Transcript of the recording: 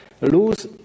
lose